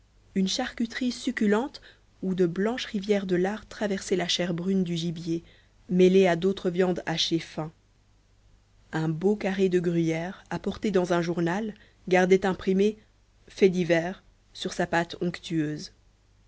une charcuterie succulente où de blanches rivières de lard traversaient la chair brune du gibier mêlée à d'autres viandes hachées fin un beau carré de gruyère apporté dans un journal gardait imprimé faits divers sur sa pâte onctueuse